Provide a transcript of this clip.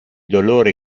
dolore